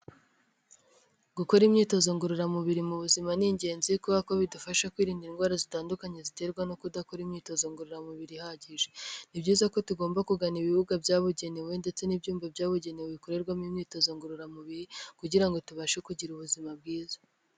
Gukora imyitozo ngororamubiri mu buzima ni ingenzi kuberako bidufasha kwirinda indwara zitandukanye ziterwa no kudakora imyitozo ngororamubiri ihagije. Ni byiza ko tugomba kugana ibibuga byabugenewe ndetse n'ibyumba byabugenewe bikorerwamo imyitozo ngororamubiri kugira ngo tubashe kugira ubuzima bwiza.